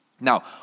Now